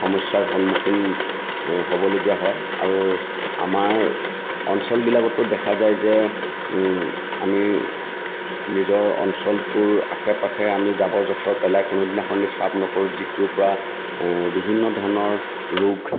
সমস্যাৰ সন্মুখীন হ'বলগীয়া হয় আৰু আমাৰ অঞ্চলবিলাকতো দেখা যায় যে আমাৰ নিজৰ অঞ্চলটোৰ আশে পাশে আমি জাবৰ জোথৰ পেলাই চাফ নকৰোঁ যিটোৰ পৰা বিভিন্ন ৰোগ